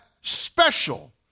special